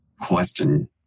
question